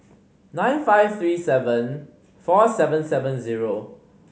nine five three seven four seven seven zero